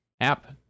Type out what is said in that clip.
app